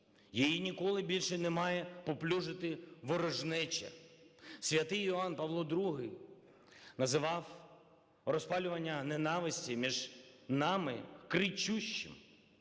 Її ніколи більше не має паплюжити ворожнеча. Святий Іван Павло II називав розпалювання ненависті між нами кричущим,